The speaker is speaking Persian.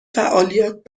فعالیت